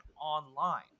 online